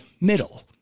middle